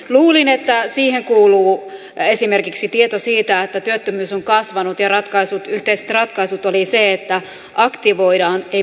luulin että siihen kuuluu esimerkiksi tieto siitä että työttömyys on kasvanut ja yhteiset ratkaisut olivat sellaisia että aktivoidaan ei passivoida